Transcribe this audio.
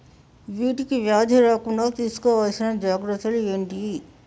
వీటికి వ్యాధి రాకుండా తీసుకోవాల్సిన జాగ్రత్తలు ఏంటియి?